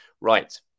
Right